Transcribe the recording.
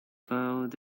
found